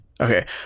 okay